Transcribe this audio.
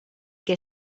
què